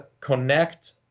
connect